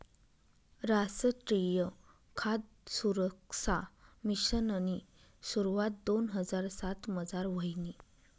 रासट्रीय खाद सुरक्सा मिशननी सुरवात दोन हजार सातमझार व्हयनी